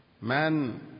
Man